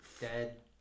dead